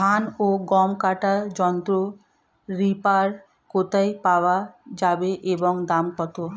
ধান ও গম কাটার যন্ত্র রিপার কোথায় পাওয়া যাবে এবং দাম কত?